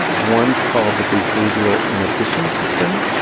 one's called the behavioral inhibition system,